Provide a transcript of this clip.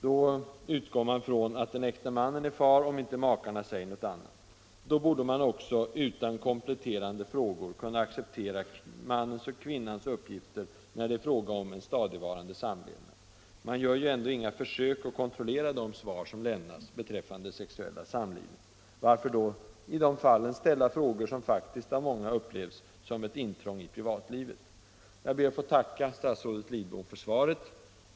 Då utgår man från att den äkta mannen är far, om inte någon av makarna säger något annat. Då borde man också utan kompletterande frågor kunna acceptera mannens och kvinnans uppgifter när det är fråga om stadigvarande samlevnad. Man gör ju ändå inga försök att kontrollera de svar som lämnas beträffande det sexuella samlivet. Varför då i de fallen ställa frågor som faktiskt av många upplevs som ett intrång i privatlivet? Jag ber att få tacka statsrådet Lidbom för svaret.